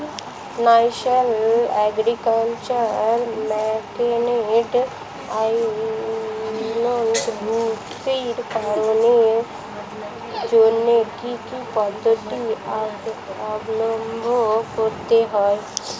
National agriculture মার্কেটে অন্তর্ভুক্তিকরণের জন্য কি কি পদ্ধতি অবলম্বন করতে হয়?